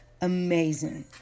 amazing